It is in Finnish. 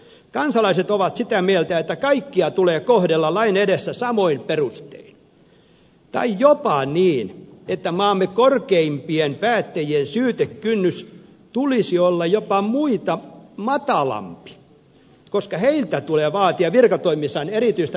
kansalaiset ovat sitä mieltä että kaikkia tulee kohdella lain edessä samoin perustein tai jopa niin että maamme korkeimpien päättäjien syytekynnyksen tulisi olla jopa muita matalampi koska heiltä tulee vaatia virkatoimissaan erityistä nuhteettomuutta